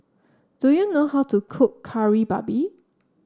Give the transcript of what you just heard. do you know how to cook Kari Babi